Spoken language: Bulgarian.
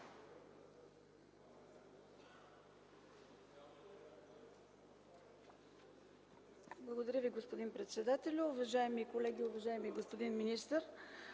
Благодаря Ви, господин председателю. Уважаеми колеги, уважаеми господин министър!